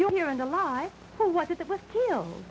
you know